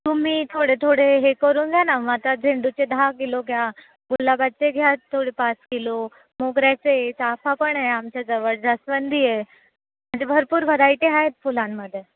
तुम्ही थोडे थोडे हे करून घ्या ना मग आता झेंडूचे दहा किलो घ्या गुलाबाचे घ्या थोडे पाच किलो मोगऱ्याचे चाफा पण आहे आमच्या जवळ जास्वंदी आहे म्हणजे भरपूर व्हरायटी आहेत फुलांमध्ये